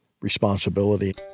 responsibility